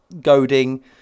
goading